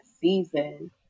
season